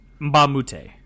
Mbamute